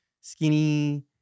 skinny